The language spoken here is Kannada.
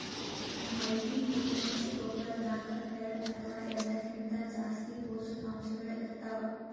ಮಲ್ಟಿನ್ಯೂಟ್ರಿಯಂಟ್ಸ್ ಗೊಬ್ಬರದಾಗ್ ಎರಡ ಅಥವಾ ಎರಡಕ್ಕಿಂತಾ ಜಾಸ್ತಿ ಪೋಷಕಾಂಶಗಳ್ ಇರ್ತವ್